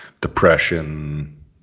depression